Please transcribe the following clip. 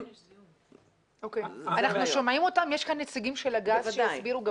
יש כאן נציגים של הגז שיסבירו?